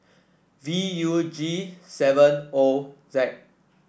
V U G seven O Z